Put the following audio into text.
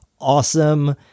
awesome